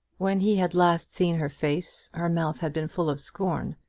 when he had last seen her face her mouth had been full of scorn,